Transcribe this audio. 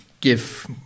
give